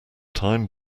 time